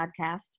podcast